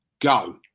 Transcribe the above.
go